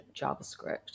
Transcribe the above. JavaScript